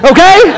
Okay